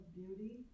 beauty